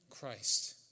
Christ